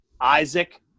Isaac